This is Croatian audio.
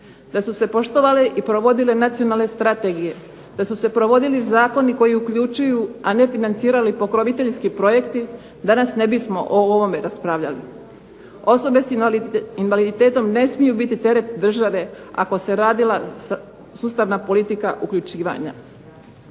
da su se poštovale i provodile nacionalne strategije, da su se provodili zakoni koji uključuju, a ne financirali pokroviteljski projekti danas ne bismo o ovome raspravljali. Osobe sa invaliditetom ne smiju biti teret države ako se radila sustavna politika uključivanja.